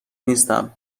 نیستم